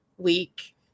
week